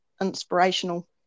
inspirational